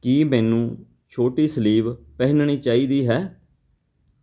ਕੀ ਮੈਨੂੰ ਛੋਟੀ ਸਲੀਵ ਪਹਿਨਣੀ ਚਾਹੀਦੀ ਹੈ